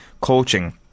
coaching